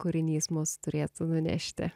kūrinys mus turėtų nunešti